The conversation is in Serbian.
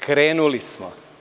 Krenuli smo.